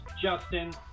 Justin